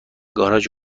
گاراژ